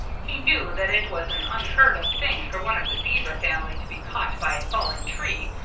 he knew that it was an unheard-of thing for one of the beaver family to be caught by a falling tree.